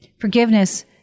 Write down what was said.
forgiveness